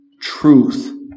truth